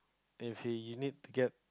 and if you need to get